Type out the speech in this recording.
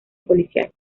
policial